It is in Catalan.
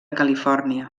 califòrnia